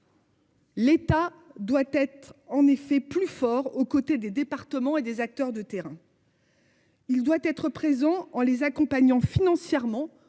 L'État doit être en effet plus fort aux côtés des départements et des acteurs de terrain.-- Il doit être présent en les accompagnant, financièrement,